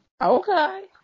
Okay